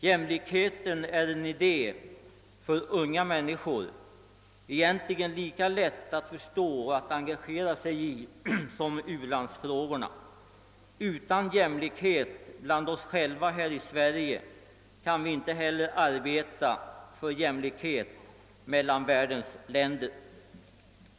Jämlikheten är en idé för unga människor, egentligen lika lätt att förstå och att engagera sig i som u-landsfrågorna. Utan jämlikhet bland oss själva här i Sverige kan vi inte heller arbeta för jämlikhet mellan världens länder».